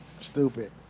Stupid